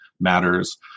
matters